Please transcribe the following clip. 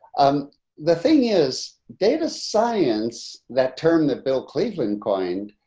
um the thing is data science, that term that bill cleveland coined,